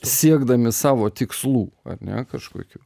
siekdami savo tikslų ar ne kažkokių